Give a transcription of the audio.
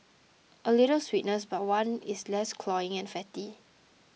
a little sweetness but one that is less cloying and fatty